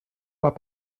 pas